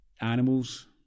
animals